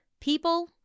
People